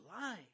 lie